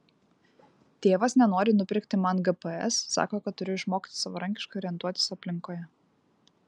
tėvas nenori nupirkti man gps sako kad turiu išmokti savarankiškai orientuotis aplinkoje